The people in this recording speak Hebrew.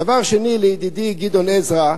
דבר שני, לידידי גדעון עזרא.